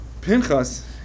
Pinchas